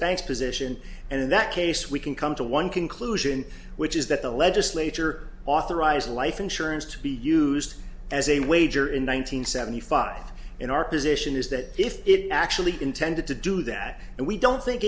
banks position and in that case we can come to one conclusion which is that the legislature authorized life insurance to be used as a wager in one nine hundred seventy five in our position is that if it actually intended to do that and we don't think